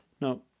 no